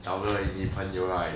找个女朋友 right